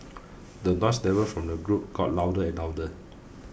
the noise level from the group got louder and louder